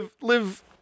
live